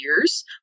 years